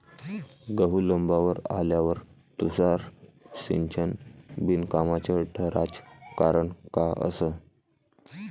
गहू लोम्बावर आल्यावर तुषार सिंचन बिनकामाचं ठराचं कारन का असन?